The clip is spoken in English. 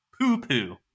Poo-poo